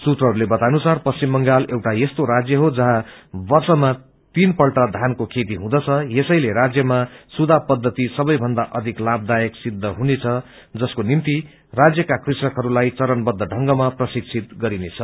सूत्रहरूले बताए अनुसार पश्चिम बंगाल एउआ यस्तो राज्य हो जहाँ वर्षमा तीन पल्ट धानको खेती हुँदछ यसैले राज्यमा सुधा पद्वति सबैभन्दा अधिक लाभदायक सिद्द हुनेछ जसको निम्ति राज्यका कृषकहरूलाई चरणबद्ध ढंगमा प्रशिक्षित गरिनेछ